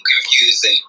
confusing